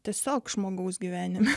tiesiog žmogaus gyvenime